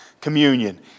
Communion